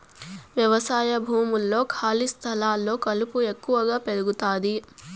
వ్యవసాయ భూముల్లో, ఖాళీ స్థలాల్లో కలుపు ఎక్కువగా పెరుగుతాది